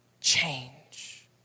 change